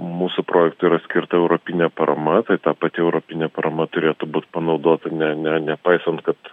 mūsų projektui yra skirta europinė parama tai ta pati europinė parama turėtų būt panaudota ne ne nepaisant kad